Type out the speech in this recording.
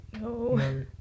No